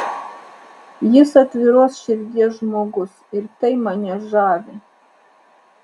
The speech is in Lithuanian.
jis atviros širdies žmogus ir tai mane žavi